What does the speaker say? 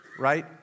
Right